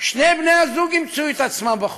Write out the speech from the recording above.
שני בני-הזוג ימצאו את עצמם בחוץ.